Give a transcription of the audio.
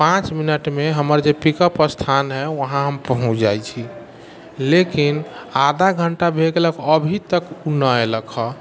पाँच मिनट मे हमर जे पिकअप स्थान है ओहाँ हम पहुँच जाइ छी लेकिन आधा घण्टा भय गेलक अभी तक ओ न अयलक हँ